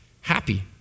happy